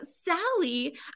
Sally